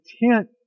intent